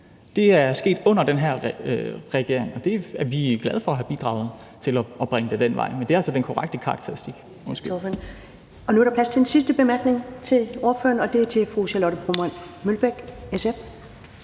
Det er sket under den her regering, og vi er glade for at have bidraget til at bringe det den vej. Det er altså den korrekte karakteristik. Kl. 10:34 Første næstformand (Karen Ellemann): Nu er der plads til en sidste bemærkning til ordføreren, og den er fra fru Charlotte Broman Mølbæk, SF.